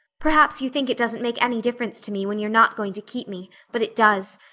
perhaps you think it doesn't make any difference to me when you're not going to keep me, but it does.